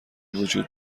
وجود